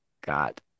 got